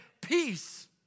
peace